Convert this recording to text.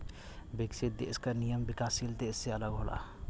विकसित देश क नियम विकासशील से अलग होला